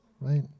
right